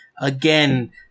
again